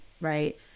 Right